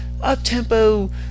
up-tempo